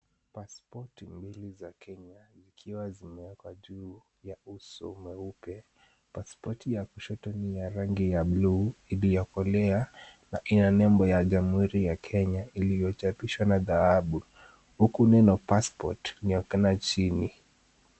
Pasipoti mbili za Kenya, zikiwa zimewekwa juu ya uso mweupe. Pasipoti ya kushoto ni ya rangi ya buluu iliyokolea na ina nembo ya Jamhuri ya Kenya, iliyochapishwa na dhahabu, huku neno passport laonekana chini.